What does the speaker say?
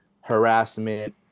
harassment